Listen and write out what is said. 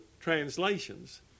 Translations